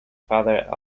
father